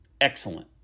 Excellent